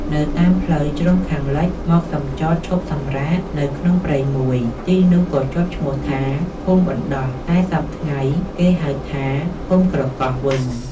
នៅតាមផ្លូវជ្រុងខាងលិចមកសំចតឈប់សម្រាកនៅក្នុងព្រៃមួយ ទីនោះក៏ជាប់ឈ្មោះថា ភូមិបណ្ដោះ តែសព្វថ្ងៃគេហៅថា ភូមិក្រកោះ វិញ ។